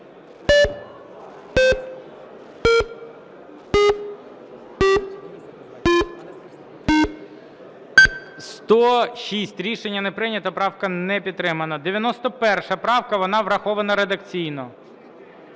За-106 Рішення не прийнято. Правка не підтримана. 91 правка, вона врахована редакційно.